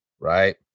right